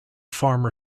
farmer